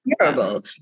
terrible